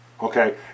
Okay